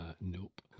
Nope